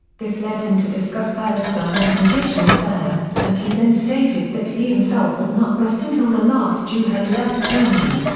this led him to discuss palestine and conditions there, and he then stated that he himself would not rest until the last jew had left germany.